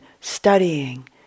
studying